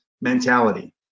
mentality